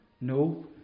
No